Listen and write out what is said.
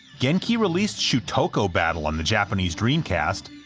genki released shutoko battle on the japanese dreamcast,